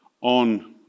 on